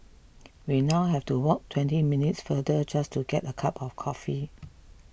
we now have to walk twenty minutes farther just to get a cup of coffee